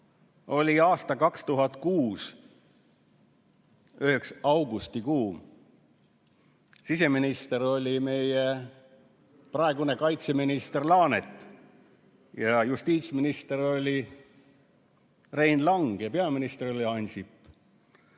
aasta 2006 augustikuud. Siseminister oli praegune kaitseminister Laanet, justiitsminister oli Rein Lang ja peaminister oli Ansip.